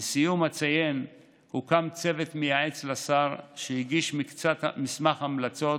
לסיום אציין כי הוקם צוות מייעץ לשר והוא הגיש מסמך המלצות